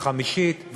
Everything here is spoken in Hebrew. החמישית,